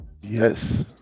Yes